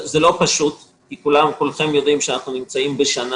זה לא פשוט כי כולכם יודעים שאנחנו נמצאים בשנה